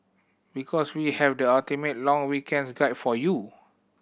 because we have the ultimate long weekends guide for you